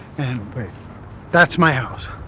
and that's my house!